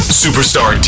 superstar